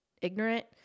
ignorant